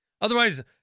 Otherwise